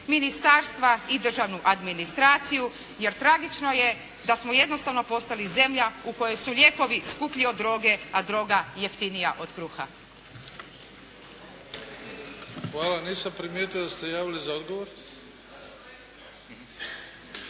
ministarstva i državnu administraciju, jer tragično je da smo jednostavno postali zemlja u kojoj su lijekovi skuplji od droge a droga jeftinija od kruha. **Bebić, Luka (HDZ)** Hvala. Nisam primijetio da ste se javili za odgovor.